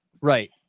Right